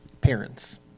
parents